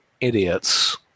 idiots